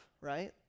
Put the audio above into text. right